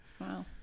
Wow